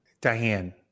Diane